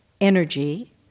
energy